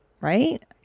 right